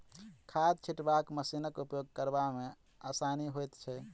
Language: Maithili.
खाद छिटबाक मशीनक उपयोग करबा मे आसानी होइत छै